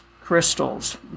crystals